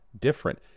different